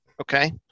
Okay